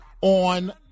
on